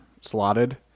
slotted